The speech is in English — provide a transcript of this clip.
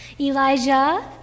Elijah